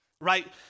right